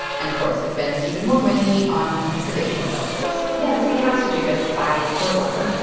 and, of course, it spends even more money on traditional shelters yeah. the city has to do this by court order.